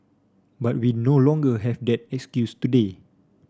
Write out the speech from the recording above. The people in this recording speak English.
but we no longer have that excuse today